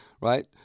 right